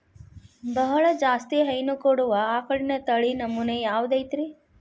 ಬಹಳ ಜಾಸ್ತಿ ಹೈನು ಕೊಡುವ ಆಕಳಿನ ತಳಿ ನಮೂನೆ ಯಾವ್ದ ಐತ್ರಿ?